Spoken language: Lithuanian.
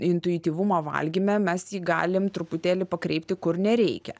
intuityvumą valgyme mes jį galim truputėlį pakreipti kur nereikia